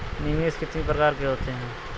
निवेश कितनी प्रकार के होते हैं?